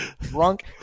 drunk